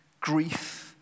grief